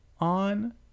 on